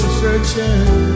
searching